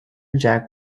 jack